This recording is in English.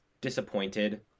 disappointed